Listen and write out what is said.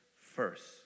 first